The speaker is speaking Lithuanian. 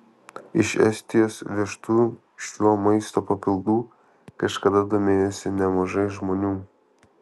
iš estijos vežtu šiuo maisto papildu kažkada domėjosi nemažai žmonių